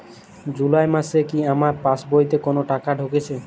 জুলাই মাসে কি আমার পাসবইতে কোনো টাকা ঢুকেছে?